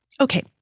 Okay